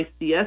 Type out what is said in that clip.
ICS